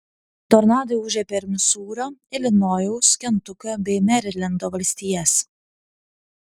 tornadai ūžė per misūrio ilinojaus kentukio bei merilendo valstijas